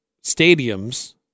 stadiums